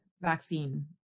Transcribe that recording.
vaccine